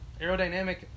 aerodynamic